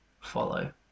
follow